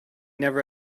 never